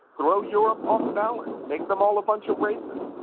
throw europe off balance. make them all a bunch of racists.